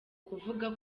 kuvuga